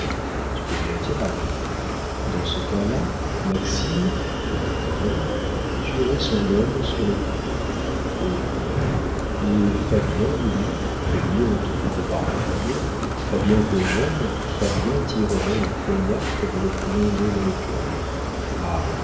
tu connais la tirade dans ce cas-là maxime fais-moi intervenir tuerait son homme sur le coup et pleure et fabien lui fais-lui honte en le comparant à fabien fabien que j'aime fabien tirerait un poignard pour vous le plonger dans le cœur